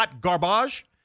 garbage